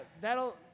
that'll